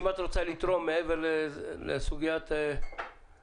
אם את רוצה לתרום מעבר לסוגיית הפרוגרמות?